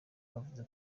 bavuze